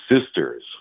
sisters